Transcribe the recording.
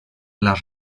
las